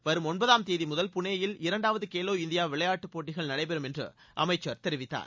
வரும் ஒன்பதாம் தேதி முதல் புளேயில் இரண்டாவது கெலோ இந்தியா விளையாட்டுப் போட்டிகள் நடைபெறும் என்று அமைச்சர் தெரிவித்தார்